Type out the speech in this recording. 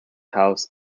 house